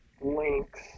links